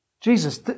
Jesus